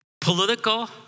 political